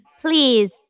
Please